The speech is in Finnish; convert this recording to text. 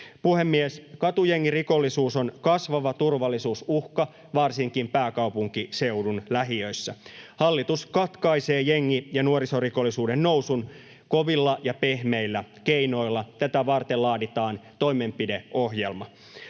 Puhemies! Katujengirikollisuus on kasvava turvallisuusuhka varsinkin pääkaupunkiseudun lähiöissä. Hallitus katkaisee jengi- ja nuorisorikollisuuden nousun kovilla ja pehmeillä keinoilla — tätä varten laaditaan toimenpideohjelma.